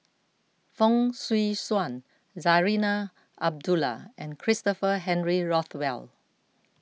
Fong Swee Suan Zarinah Abdullah and Christopher Henry Rothwell